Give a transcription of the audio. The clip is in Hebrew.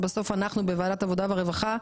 זה בסוף אנחנו בוועדת העבודה והרווחה,